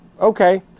Okay